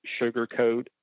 sugarcoat